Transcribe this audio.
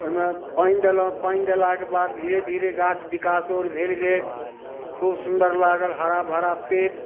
ओइमे पानि देलहुँ पानि देलाके बाद धीरे धीरे गाछ विकास आओर भेल गेल खूब सुन्दर लागल हरा भरा पेड़